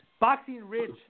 boxing-rich